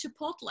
Chipotle